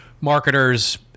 marketers